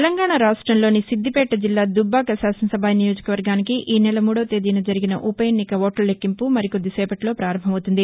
తెలంగాణా రాష్టంలోని సిద్దిపేట జిల్లా దుబ్బాక శాసనసభా నియోజక వర్గానికి ఈ నెల మూడవ తేదీన జరిగిన ఉప ఎన్నిక ఓట్ల లెక్కింపు మరికొద్ది సేపట్లో పారంభమవుతుంది